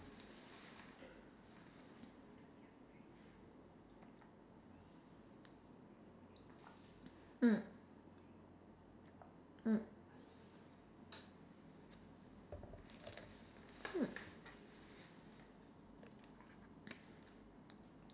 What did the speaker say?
mm hmm